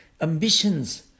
Ambitions